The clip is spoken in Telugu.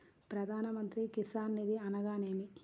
ప్రధాన మంత్రి కిసాన్ నిధి అనగా నేమి?